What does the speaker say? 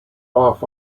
off